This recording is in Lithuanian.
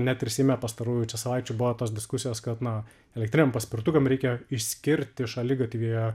net ir seime pastarųjų čia savaičių buvo tos diskusijos kad na elektriniam paspirtukam reikia išskirti šaligatvyje